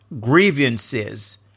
grievances